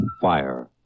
fire